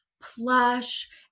plush